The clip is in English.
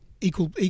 Equal